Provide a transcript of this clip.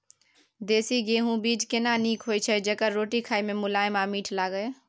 देसी गेहूँ बीज केना नीक होय छै जेकर रोटी खाय मे मुलायम आ मीठ लागय?